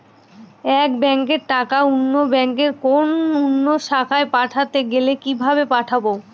এক ব্যাংকের টাকা অন্য ব্যাংকের কোন অন্য শাখায় পাঠাতে গেলে কিভাবে পাঠাবো?